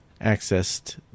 accessed